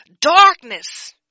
Darkness